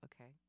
Okay